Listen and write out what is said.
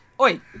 Oi